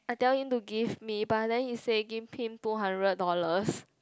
I tell him to give me but then he say give him two hundred dollars